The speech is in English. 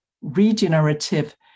regenerative